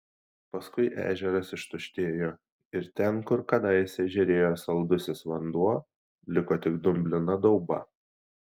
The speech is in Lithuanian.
paskui ežeras ištuštėjo ir ten kur kadaise žėrėjo saldusis vanduo liko tik dumblina dauba